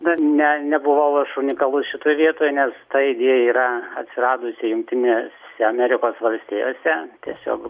na ne nebuvau aš unikalus šitoj vietoj nes ta idėja yra atsiradusi jungtinėse amerikos valstijose tiesiog